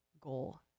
goal